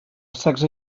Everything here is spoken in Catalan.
sexe